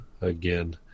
again